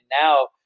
now